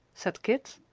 said kit.